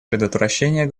предотвращения